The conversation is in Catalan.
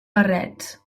barrets